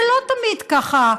זה לא תמיד, ככה,